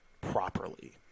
properly